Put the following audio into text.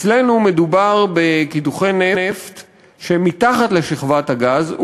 אצלנו מדובר בקידוחי נפט שהם מתחת לשכבת הגז,